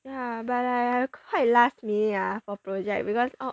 ya but like I quite last minute ah for project because oh